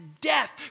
death